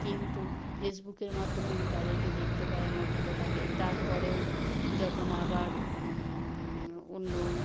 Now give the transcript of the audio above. কিন্তু ফেসবুকের মাধ্যমে আমি তাদেরকে দেখতে পাই আমার ভালো লাগে তারপরেও যখন আবার অন্য